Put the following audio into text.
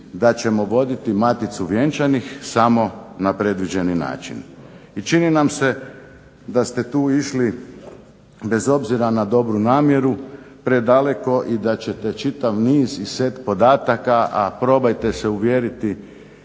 da ćemo voditi Maticu vjenčanih samo na predviđeni način. I čini nam se da ste tu išli bez obzira na dobru namjeru predaleko i da ćete čitav niz i set podataka, a probajte se uvjeriti